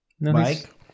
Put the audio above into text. Mike